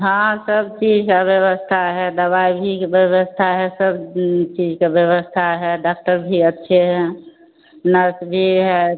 हाँ सब ठीक है व्यवस्था है दवाई की भी व्यवस्था ये सब ठीक है यहाँ क्या है डाक्टर भी अच्छे हैं नर्स भी है